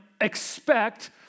expect